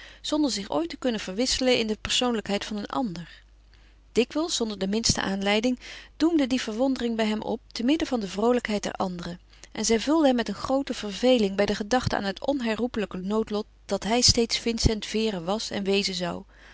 zonder zich ooit te kunnen verwisselen in de persoonlijkheid van een ander dikwijls zonder de minste aanleiding doemde die verwondering bij hem op te midden van de vroolijkheid der anderen en zij vulde hem met een groote verveling bij de gedachte aan het onherroepelijke noodlot dat hij steeds vincent vere was en wezen zou